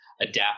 adapt